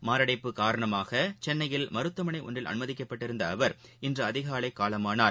மாரடைப்பு காரணமாக சென்னையில் மருத்துவமளை ஒன்றில் அனுமதிக்கப்பட்டிருந்த அவர் இன்று அதிகாலை காலமானார்